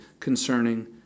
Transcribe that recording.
Concerning